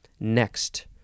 Next